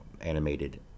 animated